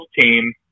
team